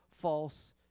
false